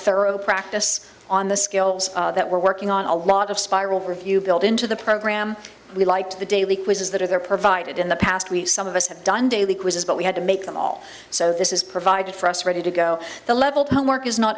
thorough practice on the skills that we're working on a lot of spiral review built into the program we like to the daily quizzes that are there provided in the past week some of us have done daily quizzes but we had to make them all so this is provided for us ready to go the level of homework is not